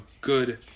good